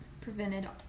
prevented